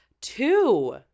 two